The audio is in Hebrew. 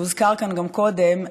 שהוזכר כאן גם קודם,